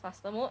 faster mode